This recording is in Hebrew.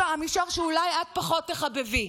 המישור שאולי את פחות תחבבי,